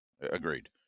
Agreed